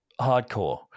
hardcore